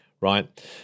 Right